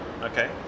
Okay